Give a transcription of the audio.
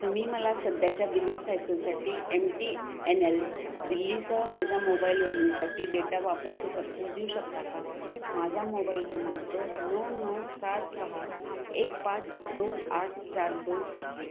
तुम्ही मला सध्याच्या बिलिंग सायकलसाठी एम टी एन एल दिल्लीसह माझ्या मोबाइल योजनेसाठी डेटा वापरायचे तपशील देऊ शकता का माझा मोबाइल क्रमांक नऊ नऊ सात सहा एक पाच दोन आठ चार दोन आहे